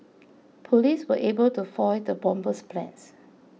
police were able to foil the bomber's plans